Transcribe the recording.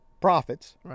profits